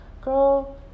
girl